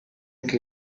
anche